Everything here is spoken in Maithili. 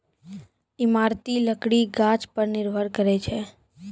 इमारती लकड़ी गाछ पर निर्भर करै छै